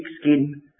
skin